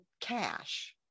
cash